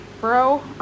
bro